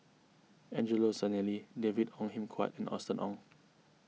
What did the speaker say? Angelo Sanelli David Ong Kim Huat and Austen Ong